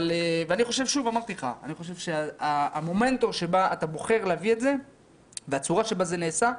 ואני חושב שהמומנטום שבו אתה בוחר להביא את זה והצורה שבה זה נעשה,